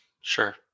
Sure